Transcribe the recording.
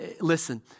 Listen